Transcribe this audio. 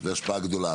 זה השפעה גדולה.